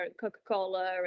Coca-Cola